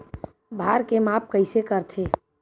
भार के माप कइसे करथे?